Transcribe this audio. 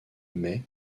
mai